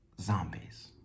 zombies